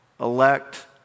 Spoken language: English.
elect